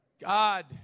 God